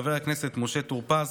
חבר הכנסת משה טור פז,